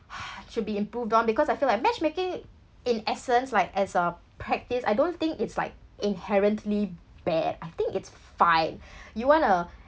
should be improved on because I feel like matchmaking in essence like as a practice I don't think it's like inherently bad I think it's fine you wanna